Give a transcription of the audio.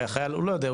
הרי החייל לא יודע,